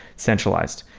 centralized,